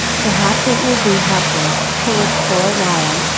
perhaps it will be helpful, to look for a while,